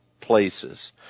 places